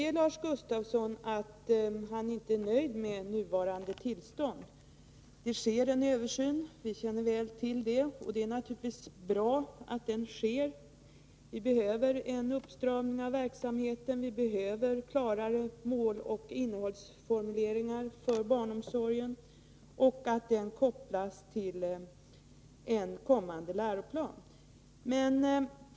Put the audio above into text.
Lars Gustafsson medger att han inte är nöjd med nuvarande ordning. Som väl alla känner till sker nu en översyn, och det är naturligtvis bra. Vi behöver en uppstramning av verksamheten, och vi behöver klara formuleringar när det gäller barnomsorgens mål och innehåll som kopplas till en kommande läroplan.